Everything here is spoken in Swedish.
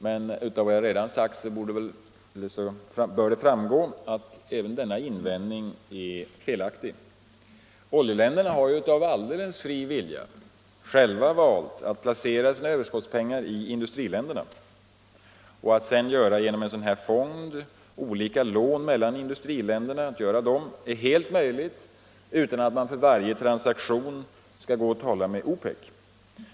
Men av vad jag redan sagt bör det framgå att även denna invändning är felaktig. Oljeländerna har av alldeles fri vilja själva valt att placera sina överskottspengar i i-länderna. Att sedan genom en fond göra olika lån mellan i-länderna är helt möjligt utan att för varje transaktion tala med OPEC.